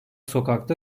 sokakta